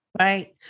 Right